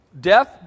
Death